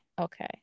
okay